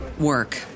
work